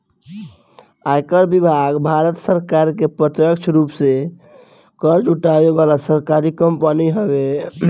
आयकर विभाग भारत सरकार के प्रत्यक्ष रूप से कर जुटावे वाला सरकारी कंपनी हवे